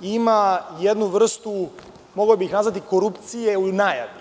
ima jednu vrstu, mogao bih je nazvati, korupcije i najave.